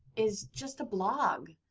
is just a blog.